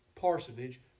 parsonage